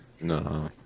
No